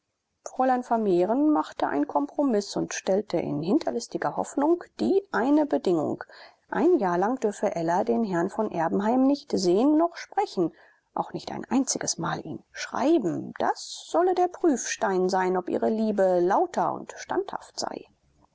fräulein vermehren machte ein kompromiß und stellte in hinterlistiger hoffnung die eine bedingung ein jahr lang dürfe ella den herrn von erbenheim nicht sehen noch sprechen auch nicht ein einziges mal ihm schreiben das solle der prüfstein sein ob ihre liebe lauter und standhaft sei